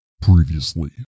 Previously